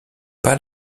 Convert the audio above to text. pas